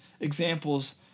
examples